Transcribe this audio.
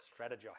strategize